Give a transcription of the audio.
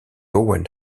owen